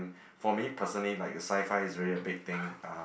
for me personally like a sci-fi is really a big thing uh